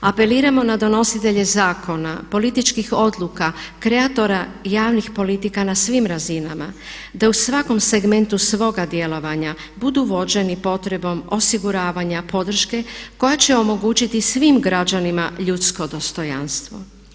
Apeliramo na donositelje zakona, političkih odluka, kreatora javnih politika na svim razinama da u svakom segmentu svoga djelovanja budu vođeni potrebom osiguravanja podrške koja će omogućiti svim građanima ljudsko dostojanstvo.